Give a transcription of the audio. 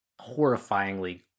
horrifyingly